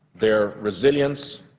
their resilience,